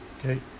Okay